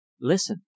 listen